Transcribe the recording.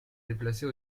déplacée